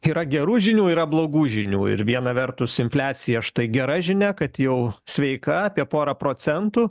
yra gerų žinių yra blogų žinių ir viena vertus infliacija štai gera žinia kad jau sveika apie porą procentų